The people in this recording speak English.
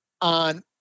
on